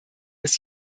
ist